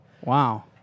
Wow